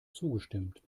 zugestimmt